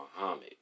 Muhammad